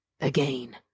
again